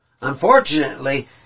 Unfortunately